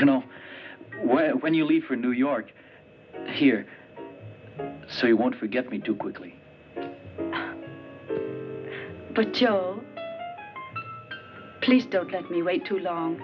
you know when you leave for new york here so you won't forget me too quickly but you know please don't make me wait too long